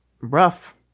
rough